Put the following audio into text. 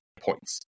points